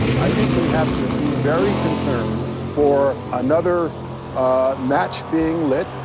i think we have to be very concerned for another match being lit,